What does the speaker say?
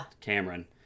Cameron